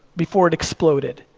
before it exploded?